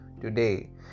today